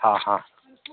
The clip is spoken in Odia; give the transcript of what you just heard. ହଁ ହଁ